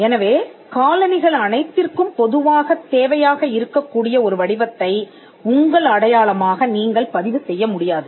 எனவே காலணிகள் அனைத்திற்கும் பொதுவாகத் தேவையாக இருக்கக்கூடிய ஒரு வடிவத்தை உங்கள் அடையாளமாக நீங்கள் பதிவு செய்ய முடியாது